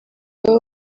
baba